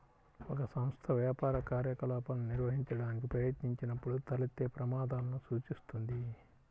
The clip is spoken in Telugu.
ఒక సంస్థ వ్యాపార కార్యకలాపాలను నిర్వహించడానికి ప్రయత్నించినప్పుడు తలెత్తే ప్రమాదాలను సూచిస్తుంది